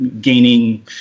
gaining